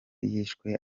yishwe